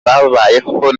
babayeho